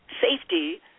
safety